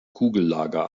kugellager